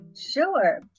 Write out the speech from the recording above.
sure